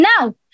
Now